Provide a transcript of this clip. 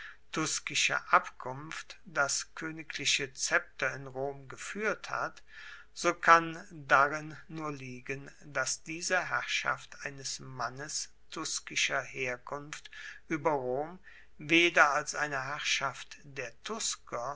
tuskischer abkunft das koenigliche szepter in rom gefuehrt hat so kann darin nur liegen dass diese herrschaft eines mannes tuskischer herkunft ueber rom weder als eine herrschaft der tusker